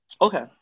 Okay